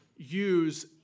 use